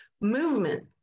Movement